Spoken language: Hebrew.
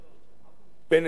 בין אמת ויציב,